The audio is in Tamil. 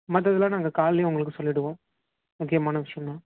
மற்றதுலாம் நாங்கள் கால்லையே உங்களுக்கு சொல்லிவிடுவோம் முக்கியமான விஷயோன்னா